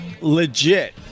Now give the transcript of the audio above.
Legit